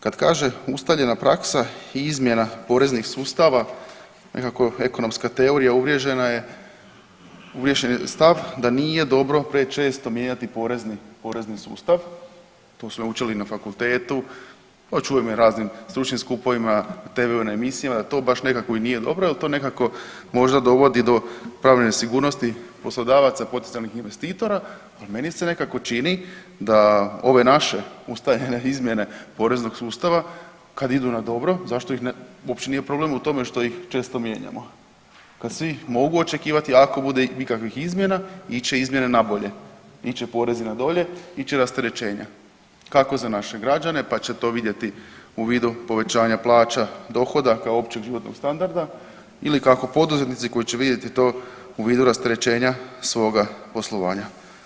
Kad kaže ustaljena praksa i izmjena poreznih sustava, nekako ekonomska teorija uvriježen je stav da nije dobro prečesto mijenjati porezni sustav, to su me učili na fakultetu to čujemo na raznim stručnim skupovima, TV-u emisijama da to baš nekako i nije dobro jel to nekako možda dovodi do pravne nesigurnosti poslodavaca potencijalnih investitora, ali meni se nekako čini da ove naše ustaljene izmjene poreznog sustava kad idu na dobro zašto ih ne uopće nije problem u tome što ih često mijenjamo, kad svi mogu očekivati ako bude ikakvih izmjena iće izmjene na bolje, iće porezi na dolje, iće rasterećenja kako za naše građane pa će to vidjeti u vidu povećanja plaća dohodaka, općeg životnog standarda ili kako poduzetnici koji će vidjeti to u vidu rasterećenja svoga poslovanja.